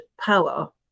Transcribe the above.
power